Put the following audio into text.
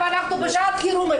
אבל אנחנו בשעת חירום.